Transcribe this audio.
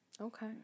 Okay